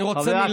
מעניין מה,